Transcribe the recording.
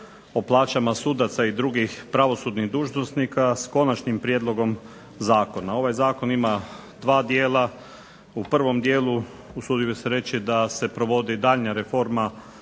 o plaćama sudaca i drugih pravosudnih dužnosnika s KOnačnim prijedlogom zakona. Ovaj zakon ima dva dijela. U prvom dijelu usudio bih se reći da se provodi daljnja reforma